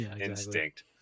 instinct